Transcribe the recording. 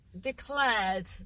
declared